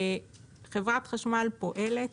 חברת החשמל פועלת,